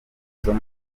isomo